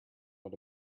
but